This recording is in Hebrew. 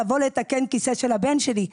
לבוא לתקן כיסא של הבן שלי,